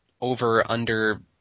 over-under